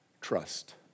trust